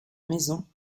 maison